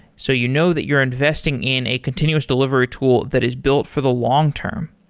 so you know that you're investing in a continuous delivery tool that is built for the long-term.